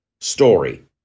story